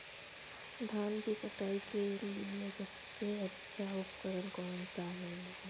धान की कटाई के लिए सबसे अच्छा उपकरण कौन सा है?